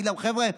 להגיד להם: חבר'ה,